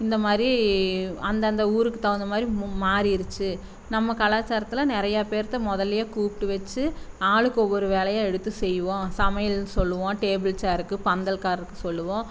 இந்த மாதிரி அந்தந்த ஊருக்கு தகுந்த மாதிரி மாறிடுச்சி நம்ம கலாச்சாரத்தில் நிறையா பேர்த்த முதல்லியே கூப்பிட்டு வெச்சு ஆளுக்கு ஒவ்வொரு வேலையாக எடுத்து செய்வோம் சமையல் சொல்வோம் டேபிள் சேருக்கு பந்தல்காரருக்கு சொல்வோம்